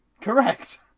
Correct